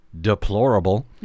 deplorable